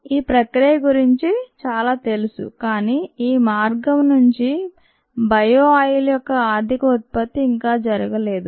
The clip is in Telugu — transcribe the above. ఈ ప్రక్రియ గురించి చాలా తెలుసు కానీ ఈ మార్గం నుండి బయో ఆయిల్ యొక్క ఆర్థిక ఉత్పత్తి ఇంకా జరుగలేదు